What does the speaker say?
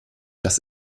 das